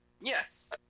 Yes